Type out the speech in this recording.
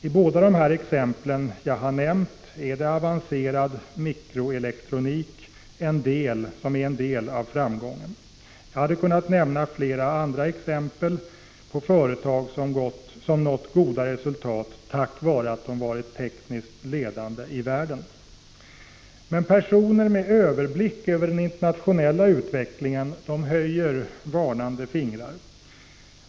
I båda de exempel jag nämnt är det avancerad mikroelektronik som är en del av framgången. Jag hade kunnat nämna flera andra exempel på företag som nått goda resultat tack vare att de varit tekniskt ledande i världen. Men personer med överblick över den internationella utvecklingen höjer ett varnande finger.